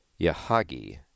Yahagi